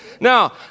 Now